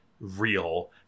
real